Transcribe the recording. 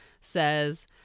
says